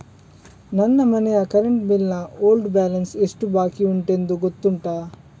ನನ್ನ ಮನೆಯ current bill ನ ಓಲ್ಡ್ ಬ್ಯಾಲೆನ್ಸ್ ಎಷ್ಟು ಬಾಕಿಯುಂಟೆಂದು ಗೊತ್ತುಂಟ?